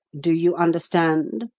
do you understand?